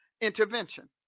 intervention